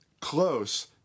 Close